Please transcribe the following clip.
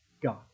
God